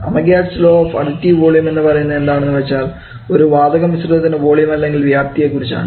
Amagat's law of additive volume പറയുന്നത് എന്താണെന്ന് വച്ചാൽ ഒരു വാതക മിശ്രിതത്തിൻറെ വോളിയം അല്ലെങ്കിൽ വ്യാപ്തിയെ കുറിച്ചാണ്